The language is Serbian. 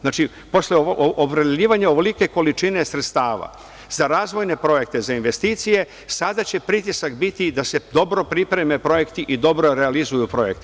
Znači, posle opredeljivanja ovolike količine sredstava za razvojne projekte za investicije, sada će pritisak biti da se dobro pripreme projekti i dobro realizuju projekti.